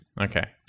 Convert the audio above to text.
Okay